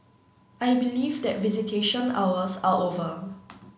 I believe that visitation hours are over